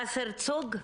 וסרצוג.